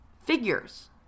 figures